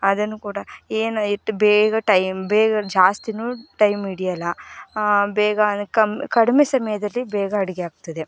ಅದನ್ನು ಕೂಡ ಏನು ಇಷ್ಟು ಬೇಗ ಟೈಮ್ ಬೇಗ ಜಾಸ್ತಿಯೂ ಟೈಮ್ ಹಿಡಿಯಲ್ಲ ಬೇಗ ಅನ ಕಮ್ಮಿ ಕಡಿಮೆ ಸಮಯದಲ್ಲಿ ಬೇಗ ಅಡುಗೆ ಆಗ್ತದೆ